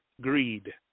Greed